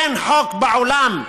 אין חוק בעולם,